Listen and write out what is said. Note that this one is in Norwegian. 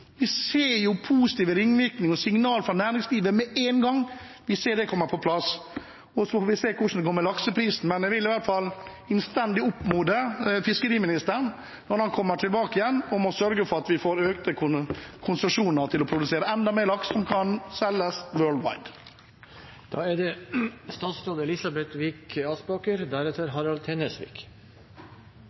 Vi ser positive ringvirkninger og signaler fra næringslivet med en gang, vi ser det komme på plass. Så får vi se hvordan det går med lakseprisen, men jeg vil i hvert fall innstendig oppfordre fiskeriministeren – når han kommer tilbake – om å sørge for at vi får flere konsesjoner til å produsere enda mer laks, som kan selges «world wide». Jeg synes det